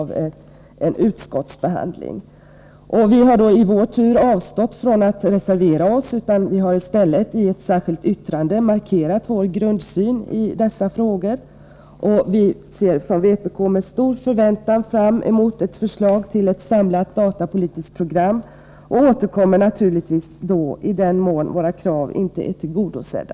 Vi har i vår tur avstått från att reservera oss och har i stället i ett särskilt yttrande markerat vår grundsyn i de datapolitiska frågorna. Vi ser från vpk:s sida med stor förväntan fram emot ett förslag till ett samlat datapolitiskt program, och vi återkommer naturligtvis när det förslaget är framlagt, i den mån våra krav då inte är tillgodosedda.